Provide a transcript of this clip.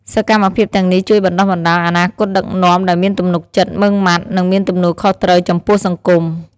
សកម្មភាពទាំងនេះជួយបណ្តុះបណ្ដាលអនាគតដឹកនាំដែលមានទំនុកចិត្ត មុឺងម៉ាត់ និងមានទំនួលខុសត្រូវចំពោះសង្គម។